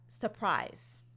surprise